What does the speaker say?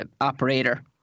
operator